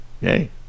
yay